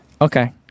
Okay